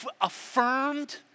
affirmed